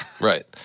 right